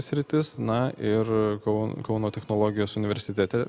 sritis na ir kovon kauno technologijos universitete